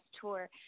tour